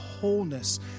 wholeness